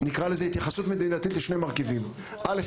התייחסות מדינתית לשני מרכיבים: אחד,